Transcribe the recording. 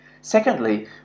Secondly